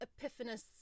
epiphanous